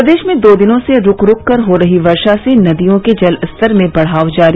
प्रदेश में दो दिनों से रूक रूक कर हो रही वर्षा से नदियों के जल स्तर में बढ़ाव जारी